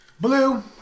Blue